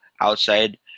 outside